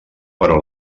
però